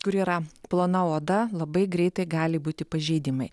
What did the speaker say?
kur yra plona oda labai greitai gali būti pažeidimai